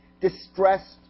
distressed